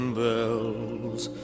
bells